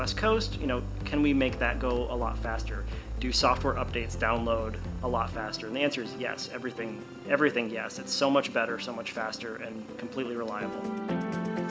west coast you know can we make that go a lot faster do software updates download a lot faster and the answer's yes everything everything yes it's so much better so much faster and completely relia